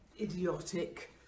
idiotic